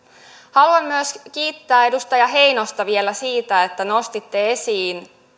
haluan myös kiittää edustaja heinosta vielä siitä että nostitte esiin